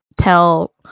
tell